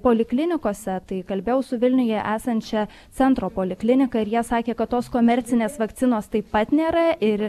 poliklinikose tai kalbėjau su vilniuje esančia centro poliklinika ir jie sakė kad tos komercinės vakcinos taip pat nėra ir